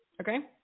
Okay